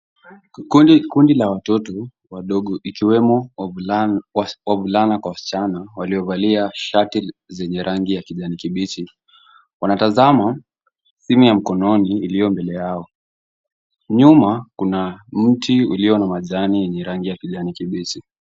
Kundi kundi la watoto wadogo, ikiwemo wavulana wavulana kwa , waliovalia shati zenye rangi ya kijani kibichi, wanatazama simu ya mkononi iliyo mbele yao. Nyuma kuna mti ulio na majani yenye rangi ya kijani kibichi.